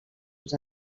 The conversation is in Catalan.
els